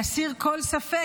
להסיר כל ספק,